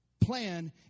plan